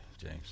James